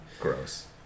gross